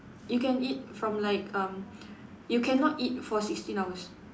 you can eat from like um you cannot eat for sixteen hours